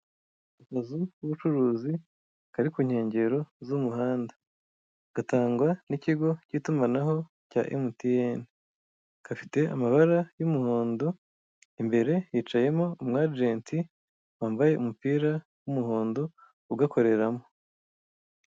Akazu k'umucuruzi kari kunyengero z'umuhanda, gatangwa n'ikigo cy'itumanaho cya MTN kafite amabara y'umuhondo imbere hicayemo umwajenti wambaye umupira w'umuhondo ugakoreramo.